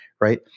right